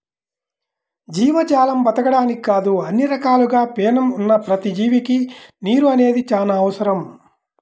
జీవజాలం బతకడానికే కాదు అన్ని రకాలుగా పేణం ఉన్న ప్రతి జీవికి నీరు అనేది చానా అవసరం